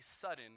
sudden